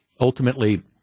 ultimately